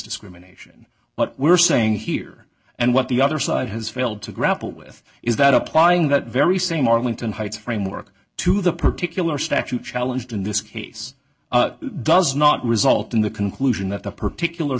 discrimination what we're saying here and what the other side has failed to grapple with is that applying that very same arlington heights framework to the particular statute challenged in this case does not result in the conclusion that the particular